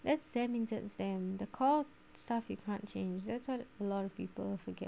that's stems inside them the core stuff you can't change that what a lot of people forget